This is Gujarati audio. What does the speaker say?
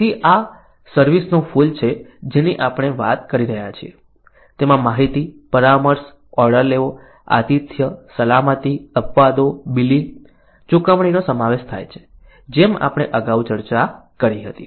તેથી આ સર્વિસ નું ફૂલ છે જેની આપણે વાત કરી રહ્યા છીએ તેમાં માહિતી પરામર્શ ઓર્ડર લેવો આતિથ્ય સલામતી અપવાદો બિલિંગ ચુકવણીનો સમાવેશ થાય છે જેમ આપણે અગાઉ ચર્ચા કરી હતી